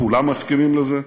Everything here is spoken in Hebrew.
כולם מסכימים לזה.